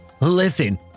Listen